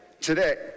today